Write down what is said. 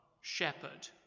shepherd